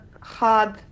hard